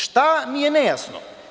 Šta mi je nejasno?